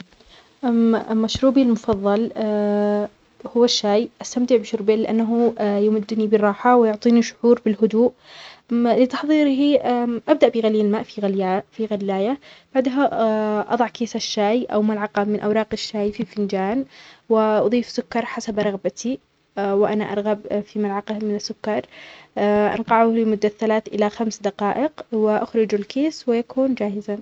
م-مشروبي المفضل هو الشاي. أستمتع بشربه لأنه يمدني بالراحة ويعطيني شعور بالهدوء. لتحضيره أبدأ بغلي الماء في غلاه-في غلاية. بعدها أضع كيس الشاي أو ملعقة من أوراق الشاي في فنجان. وأضيف سكر حسب رغبتي. وأنا أرغب في ملعقة من السكر. أرقعه لمدة ثلاث إلى خمس دقائق وأخرج الكيس ويكون جاهزاً.